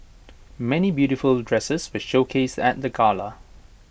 many beautiful dresses were showcased at the gala